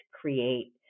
create